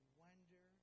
wonder